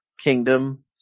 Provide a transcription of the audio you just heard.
kingdom